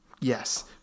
yes